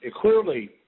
Clearly